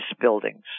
buildings